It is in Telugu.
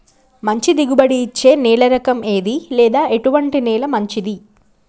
మంచి దిగుబడి ఇచ్చే నేల రకం ఏది లేదా ఎటువంటి నేల మంచిది?